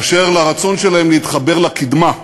אשר לרצון שלהן להתחבר לקדמה,